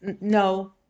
no